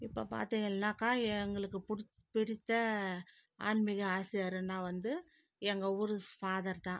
இப்போ பார்த்திங்கள்னாக்க எங்களுக்கு பிடித் பிடித்த ஆன்மிக ஆசிரியருன்னால் வந்து எங்கள் ஊர் ஸ் ஃபாதர் தான்